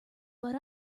but